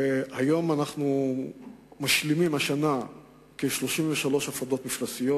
והשנה אנחנו משלימים כ-33 הפרדות מפלסיות,